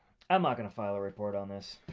i'm not gonna file a report on this.